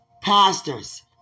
pastors